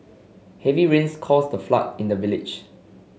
heavy rains caused a flood in the village